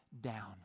down